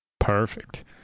Perfect